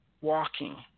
walking